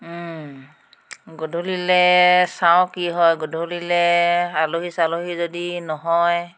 গধূলিলৈ চাওঁ কি হয় গধূলিলৈ আলহী চালহী যদি নহয়